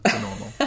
normal